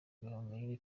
gahongayire